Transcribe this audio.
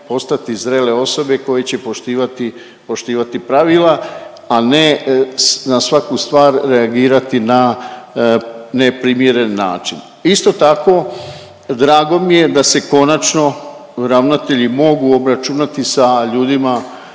postati zrele osobe koje će poštivati, poštivati pravila, a ne na svaku stvar reagirati na neprimjeren način. Isto tako drago mi je da se konačno ravnatelji mogu obračunati sa ljudima